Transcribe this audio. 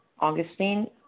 Augustine